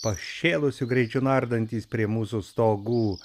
pašėlusiu greičiu nardantys prie mūsų stogų